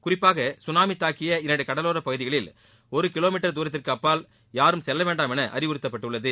குறிப்பாக சுனாமி தாக்கிய இரண்டு கடலோரப் பகுதிகளில் ஒரு கிலோ மீட்டர் தூரத்திற்கு அப்பால் யாரும் செல்ல வேண்டாம் என அறிவுறுத்தப்பட்டுள்ளது